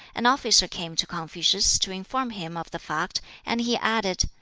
an officer came to confucius to inform him of the fact, and he added,